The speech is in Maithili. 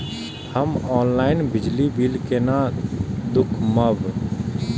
हम ऑनलाईन बिजली बील केना दूखमब?